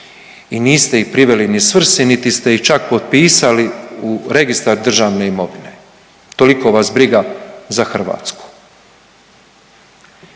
i niste ih priveli ni svrsi niti ste ih čak popisali u registar državne imovine. Toliko vas briga za Hrvatsku.